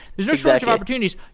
there's no shortage of opportunities.